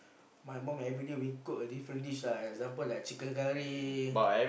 my mum everyday will cook a different dish lah example like chicken curry